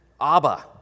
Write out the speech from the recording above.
Abba